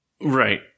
right